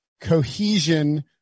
cohesion